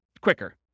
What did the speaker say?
quicker